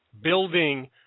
building